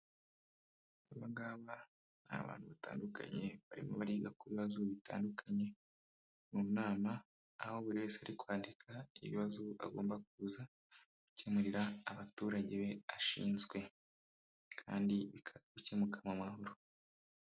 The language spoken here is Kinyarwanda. Aba ngaba ni abantu batandukanye, barimo bariga ku bibazo bitandukanye mu nama, aho buri wese ari kwandika ibibazo agomba kuza gukemurira abaturage be ashinzwe, kandi bigakemuka mu mahoro.